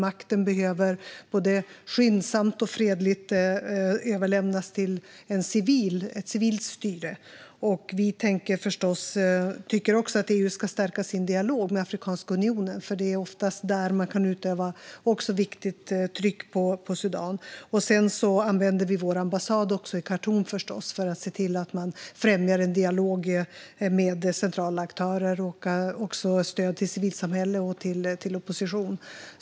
Makten behöver både skyndsamt och fredligt överlämnas till ett civilt styre. Vi tycker också att EU ska stärka sin dialog med Afrikanska unionen, för det är oftast där man kan utöva tryck mot Sudan, vilket också är viktigt. Sedan använder vi förstås också vår ambassad i Khartoum för att främja en dialog med centrala aktörer och ge stöd till civilsamhället och oppositionen.